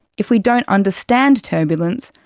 if we don't understand turbulence,